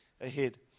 ahead